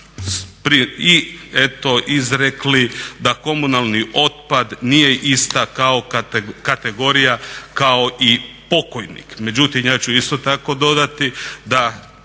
i eto izrekli da komunalni otpad nije ista kategorija kao i pokojnik. Međutim, ja ću isto tako dodati da